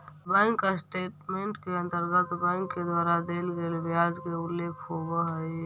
bank statement के अंतर्गत bank के द्वारा देल गेल ब्याज के उल्लेख होवऽ हइ